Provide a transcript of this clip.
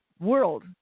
world